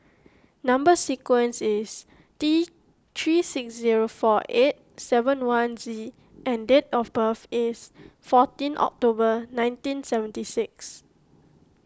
Number Sequence is T three six zero four eight seven one Z and date of birth is fourteen October nineteen seventy six